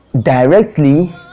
directly